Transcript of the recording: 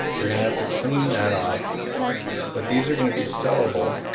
we're gonna have to clean that off but these are going to be sellable